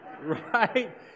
right